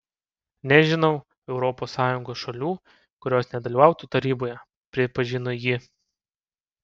nežinau europos sąjungos šalių kurios nedalyvautų taryboje pripažino ji